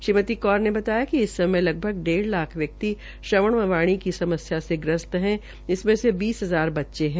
श्रीमती कौर ने ने बताया कि इस समय लगभग डेढ़ लाख व्यक्ति श्रवण व वाणी की समस्या से ग्रस्त् है इसमें से बीस हजार बच्चे है